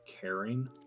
caring